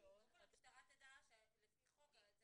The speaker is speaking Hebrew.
כשהמשטרה תדע שלפי חוק זה